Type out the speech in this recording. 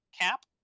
cap